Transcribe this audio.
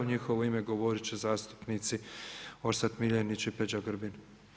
U njihovo ime govoriti će zastupnici Orsat Miljenić i Peđa Grbin.